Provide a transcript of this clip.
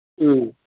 ꯎꯝ